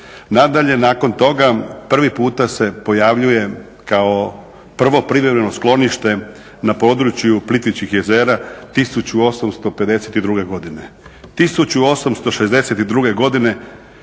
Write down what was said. Nadalje, nakon toga prvi puta se pojavljuje kao privremeno sklonište na području Plitvičkih jezera 1852. godine.